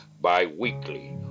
bi-weekly